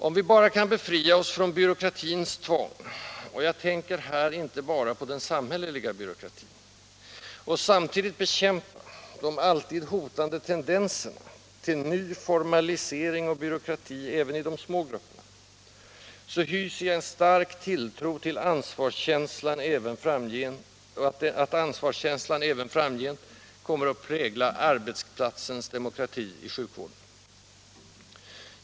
Om vi kan befria oss från byråkratins tvång — jag tänker här inte bara på den samhälleliga byråkratin — och bekämpa de alltid hotande tendenserna till ny formalisering och byråkrati även i de små grupperna, så hyser jag en stark tilltro till att ansvarskänslan också framgent kommer att prägla arbetsplatsens demokrati i sjukvården.